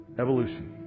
evolution